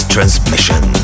Transmission